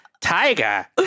Tiger